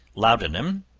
laudanum,